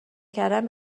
کردن